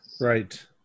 Right